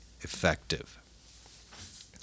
Effective